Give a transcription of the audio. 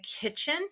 kitchen